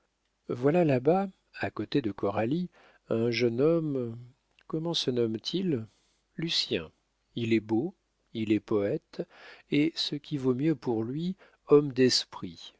voilà là-bas à côté de coralie un jeune homme comment se nomme t il lucien il est beau il est poète et ce qui vaut mieux pour lui homme d'esprit